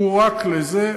הוא רק לזה,